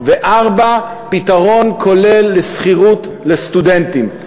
4. פתרון כולל לשכירות לסטודנטים.